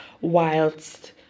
whilst